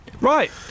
Right